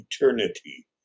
eternity